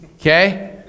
okay